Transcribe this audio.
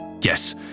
Yes